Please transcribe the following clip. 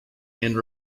and